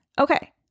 okay